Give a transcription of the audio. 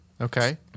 Okay